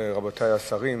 רבותי השרים,